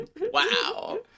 wow